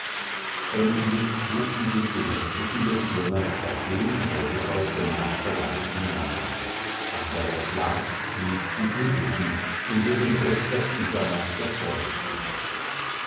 endlich suchten sie den erquickenden schlummer auf dem in odysseus gemach bereiteten lager aber der schlaf flieht die glücklichen in deren brust das übermaß der freude stürmt